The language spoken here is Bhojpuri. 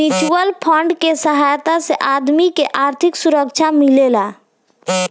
म्यूच्यूअल फंड के सहायता से आदमी के आर्थिक सुरक्षा मिलेला